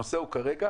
הנושא כרגע